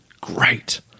Great